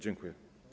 Dziękuję.